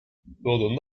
wurde